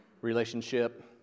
relationship